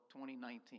2019